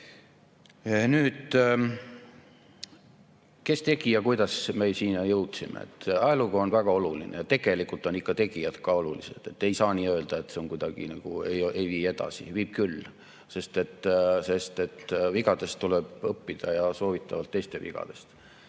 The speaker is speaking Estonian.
Kes tegi ja kuidas me siia jõudsime? Ajalugu on väga oluline, aga tegelikult on ikka tegijad ka olulised. Ei saa nii öelda, et see kuidagi nagu ei vii edasi. Viib küll, sest vigadest tuleb õppida – ja soovitavalt teiste vigadest.